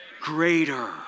greater